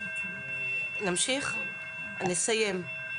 אני אסיים.